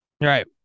Right